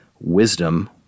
wisdom